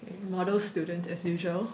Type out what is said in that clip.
model student as usual